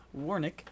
Warnick